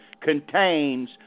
contains